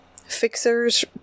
Fixers